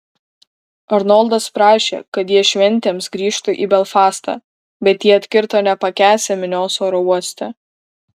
arnoldas prašė kad jie šventėms grįžtų į belfastą bet jie atkirto nepakęsią minios oro uoste